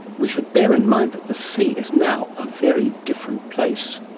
we should bear in mind that the sea is now a very different place.